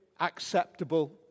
acceptable